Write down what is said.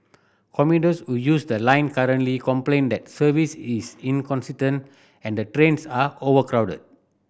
commuters who use the line currently complain that service is inconsistent and the trains are overcrowded